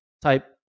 type